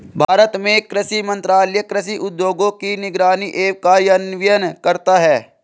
भारत में कृषि मंत्रालय कृषि उद्योगों की निगरानी एवं कार्यान्वयन करता है